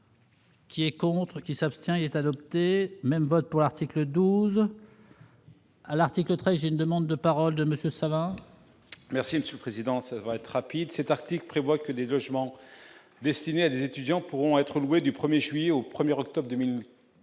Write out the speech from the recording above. Qui et contre qui s'abstient est adopté même vote pour l'article 12. à l'article 13, une demande de parole de monsieur ça va. Merci sous présidence va être rapide : cet article prévoit que des logements destinés à des étudiants pourront être loués, du 1er juillet au 1er octobre 2000